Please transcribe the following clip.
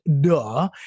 duh